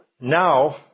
Now